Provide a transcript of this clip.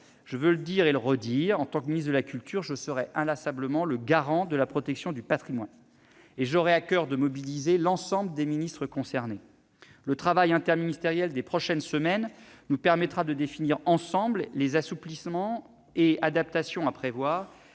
Je veux le dire et le redire : en tant que ministre de la culture, je serai inlassablement le garant de la protection du patrimoine et j'aurai à coeur de mobiliser l'ensemble des ministres concernés. Le travail interministériel des prochaines semaines nous permettra de définir, ensemble, les assouplissements et les adaptations à prévoir,